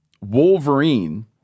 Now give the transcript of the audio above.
Wolverine